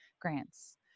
grants